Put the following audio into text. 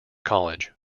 college